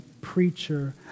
preacher